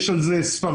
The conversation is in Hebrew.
יש על זה ספרים,